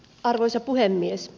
arvoisa puhemies